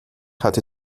hatte